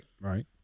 Right